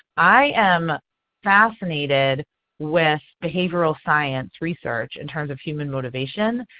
i am fascinated with behavioral science research in terms of human motivation.